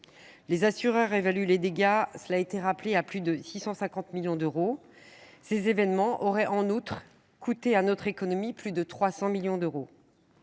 les assureurs évaluent les dégâts à plus de 650 millions d’euros. Ces événements auraient, en outre, coûté à notre économie plus de 300 millions d’euros.